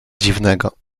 dziwnego